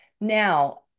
now